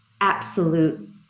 absolute